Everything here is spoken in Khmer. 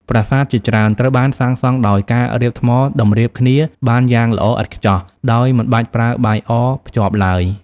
ប្រាសាទជាច្រើនត្រូវបានសាងសង់ដោយការរៀបថ្មតម្រៀបគ្នាបានយ៉ាងល្អឥតខ្ចោះ ដោយមិនបាច់ប្រើបាយអភ្ជាប់ឡើយ។